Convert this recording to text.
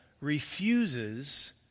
refuses